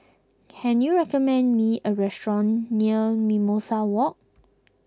can you recommend me a restaurant near Mimosa Walk